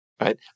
right